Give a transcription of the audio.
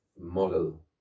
model